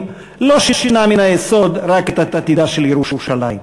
לא שינו מן היסוד רק את עתידה של ירושלים,